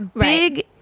big